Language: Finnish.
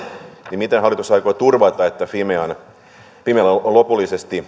niin miten hallitus aikoo turvata että fimealla on lopullisista